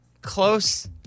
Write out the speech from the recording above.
close